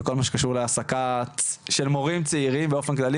וכל מה שקשור להעסקה של מורים צעירים באופן כללי,